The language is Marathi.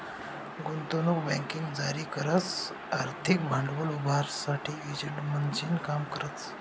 गुंतवणूक बँकिंग जारी करस आर्थिक भांडवल उभारासाठे एजंट म्हणीसन काम करतस